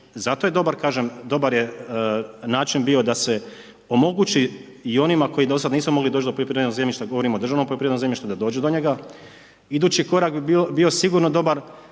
zato je dobar način bio da se omogući i onima koji do sada nisu mogli doći do poljoprivrednog zemljišta, govorimo o državnom poljoprivrednom zemljištu da dođu do njega. Idući korak bi bio sigurno dobar,